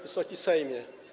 Wysoki Sejmie!